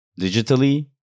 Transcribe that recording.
digitally